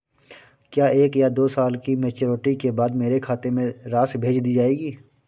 क्या एक या दो साल की मैच्योरिटी के बाद मेरे खाते में राशि भेज दी जाएगी?